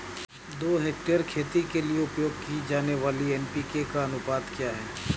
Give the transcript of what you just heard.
दो हेक्टेयर खेती के लिए उपयोग की जाने वाली एन.पी.के का अनुपात क्या है?